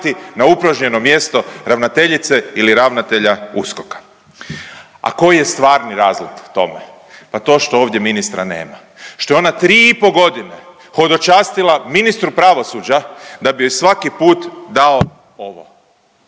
na upražnjeno mjesto ravnateljice ili ravnatelja USKOK-a. A koji je stvarni razlog tome? Pa to što ovdje ministra nema. Što je ona 3,5 godine hodočastila ministru pravosuđa da bi joj svaki put dao ovo,